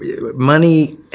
Money